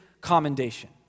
commendation